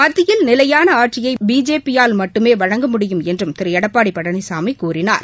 மத்தியில் நிலையாள ஆட்சியை பிஜேபி யால் மட்டுமே வழங்க முடியும் என்றும் திரு எடப்பாடி பழனிசாமி கூறினார்